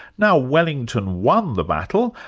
now wellington won the battle,